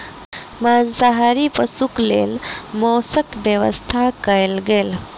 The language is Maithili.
मांसाहारी पशुक लेल मौसक व्यवस्था कयल गेल